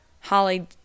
Holly